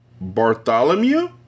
Bartholomew